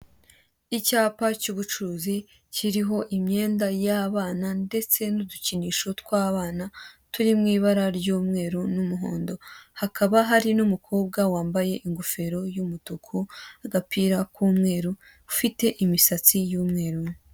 Icyapa cy'ubucuruzi, kiriho imyenda y'abana ndetse n'udukinisho tw'abana, turi mu ibara ry'umweru n'umuhondo. Hakaba hari n'umukobwa wambaye ingofero y'umutuku n'agapira k'umweru, ufite imisatsi y'umweru.